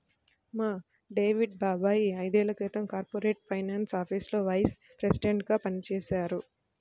మా డేవిడ్ బాబాయ్ ఐదేళ్ళ క్రితం కార్పొరేట్ ఫైనాన్స్ ఆఫీసులో వైస్ ప్రెసిడెంట్గా పనిజేశారు